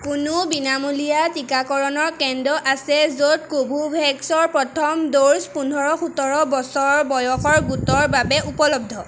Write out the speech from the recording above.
কোনো বিনামূলীয়া টিকাকৰণৰ কেন্দ্ৰ আছেনে য'ত কোভোভেক্স ৰ প্ৰথম ড'জ পোন্ধৰ সোতৰ বছৰৰ বয়সৰ গোটৰ বাবে উপলব্ধ